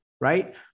right